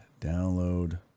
download